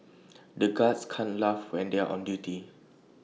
the guards can't laugh when they are on duty